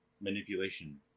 manipulation